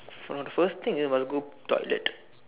for the first thing is want to go toilet